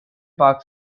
park